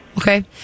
Okay